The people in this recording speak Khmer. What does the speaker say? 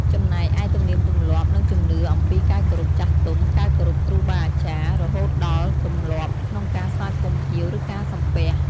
ចំណែកឯទំនៀមទម្លាប់ និងជំនឿអំពីការគោរពចាស់ទុំ ការគោរពគ្រូបាអាចារ្យ រហូតដល់ទម្លាប់ក្នុងការស្វាគមន៍ភ្ញៀវ ឬការសំពះ។